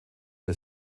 der